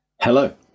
Hello